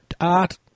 art